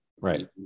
Right